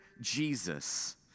Jesus